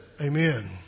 Amen